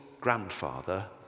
grandfather